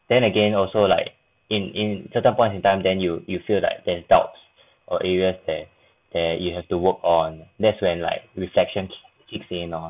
then again also like in in certain points in time then you you feel like there's doubts or areas that that you have to work on that's when like reflections keep saying all